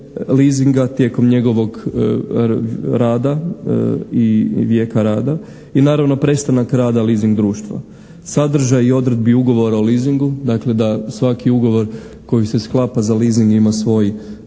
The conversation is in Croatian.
tijekom njegovog rada i vijeka rada i naravno prestanak rada leasing društva. Sadržaj i odredbi ugovora o leasingu, dakle da svaki ugovor koji se sklapa za leasing ima svoj